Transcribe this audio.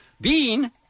Bean